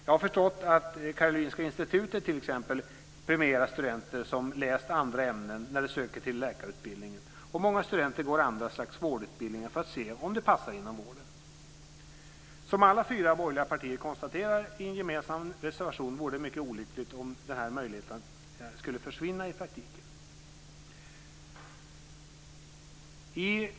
Jag har förstått att Karolinska Institutet t.ex. premierar studenter som har läst andra ämnen när de söker till läkarutbildningen, och många studenter går andra slags vårdutbildningar för att se om de passar inom vården. Som alla fyra borgerliga partier konstaterar i en gemensam reservation vore det mycket olyckligt om denna möjlighet skulle försvinna i praktiken.